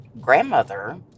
grandmother